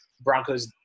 Broncos